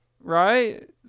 right